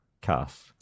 cast